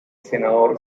senador